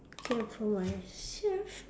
get for myself